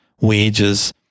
wages